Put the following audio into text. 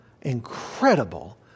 incredible